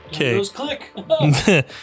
Okay